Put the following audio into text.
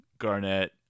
garnett